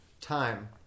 time